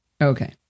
Okay